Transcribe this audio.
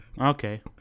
Okay